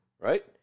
right